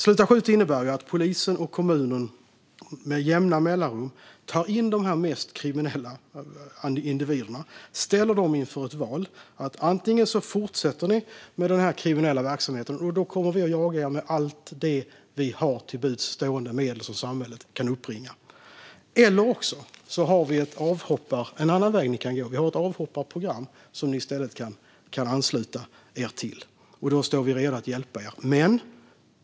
Sluta skjut innebär ju att polisen och kommunen med jämna mellanrum tar in de mest kriminella individerna och ställer dem inför ett val: Om ni fortsätter med den kriminella verksamheten kommer vi att jaga er med samhällets alla till buds stående medel, men det finns en annan väg ni kan gå. Vi har ett avhopparprogram som ni kan ansluta er till, och då står vi redo att hjälpa er.